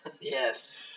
Yes